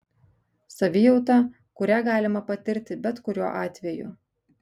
savijauta kurią galima patirti bet kuriuo atveju